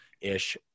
ish